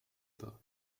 pas